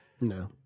No